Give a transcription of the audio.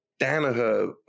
Danaher